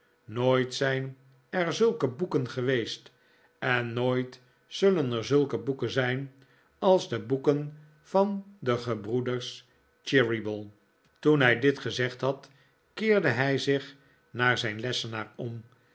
nooit zijn er zulke boeken geweest en nooit zullen er zulke boeken zijn als de boeken van de gebroeders cheeryble toen hij dit gezegd had keerde hij zich naar zijn lessenaar om